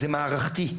זה מערכתי,